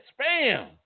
spam